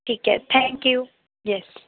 ठीक आहे thank you yes